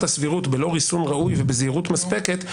הסבירות בלא ריסון ראוי ובזהירות מספקת,